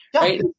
right